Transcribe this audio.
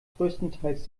größtenteils